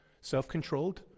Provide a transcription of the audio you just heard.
self-controlled